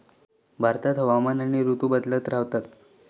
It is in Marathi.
भारतात हवामान आणि ऋतू बदलत रव्हतत